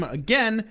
again